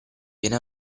viene